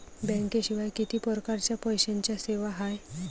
बँकेशिवाय किती परकारच्या पैशांच्या सेवा हाय?